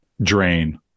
drain